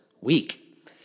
week